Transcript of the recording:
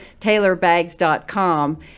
TaylorBags.com